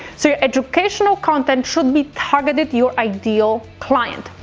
so your educational content should be targeted to your ideal client.